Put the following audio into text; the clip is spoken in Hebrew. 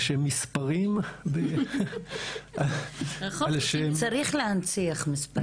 על שם מספרים--- צריך להנציח מספרים.